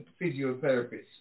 physiotherapist